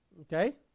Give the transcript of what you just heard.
Okay